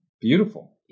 Beautiful